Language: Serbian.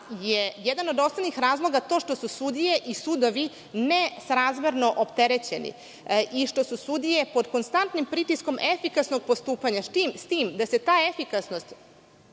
je jedan od osnovnih razloga to što su sudije i sudovi nesrazmerno opterećeni i što su sudije pod konstantnim pritiskom efikasnog postupanja, s tim da se ta efikasnost